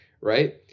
right